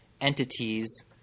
entities